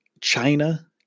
China